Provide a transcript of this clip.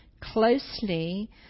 closely